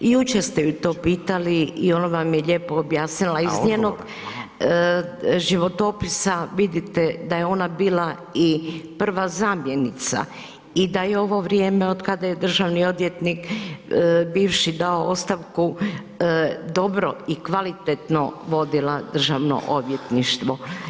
I jučer ste ju to pitali i ona vam je lijepo objasnila, iz njenog životopisa vidite da je ona bila i prva zamjenica i da je ovo vrijeme od kada je državni odvjetnik bivši dao ostavku dobro i kvalitetno vodila Državno odvjetništvo.